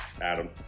Adam